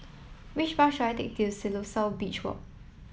which bus should I take to Siloso Beach Walk